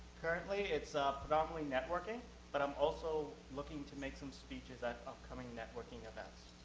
currently, it's ah predominantly networking but i'm also looking to make some speeches at upcoming networking events.